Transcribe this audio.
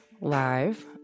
live